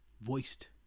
voiced